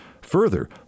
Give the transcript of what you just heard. Further